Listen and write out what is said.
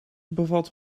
bevat